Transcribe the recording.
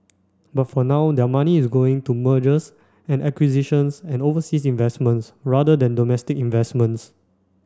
but for now their money is going to mergers and acquisitions and overseas investments rather than domestic investments